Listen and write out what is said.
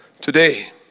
today